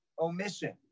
omission